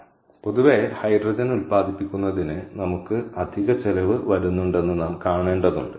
അതിനാൽ പൊതുവേ ഹൈഡ്രജൻ ഉൽപ്പാദിപ്പിക്കുന്നതിന് നമുക്ക് അധിക ചിലവ് വരുന്നുണ്ടെന്ന് നാം കാണേണ്ടതുണ്ട്